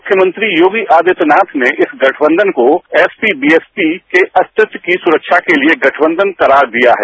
मुख्यमंत्री योगी आदित्यनाथ ने इस गठबंधन को एसपी बीएसपी के अस्तित्व की सुरक्षा के लिए गठबंधन करार दिया है